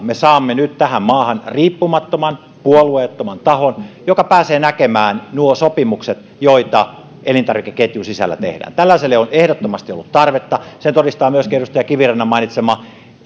me saamme nyt tähän maahan riippumattoman puolueettoman tahon joka pääsee näkemään nuo sopimukset joita elintarvikeketjun sisällä tehdään tällaiselle on ehdottomasti ollut tarvetta sen todistaa myöskin edustaja kivirannan mainitsema